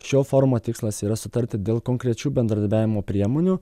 šio forumo tikslas yra sutarti dėl konkrečių bendradarbiavimo priemonių